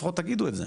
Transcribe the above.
לפחות תגידו את זה.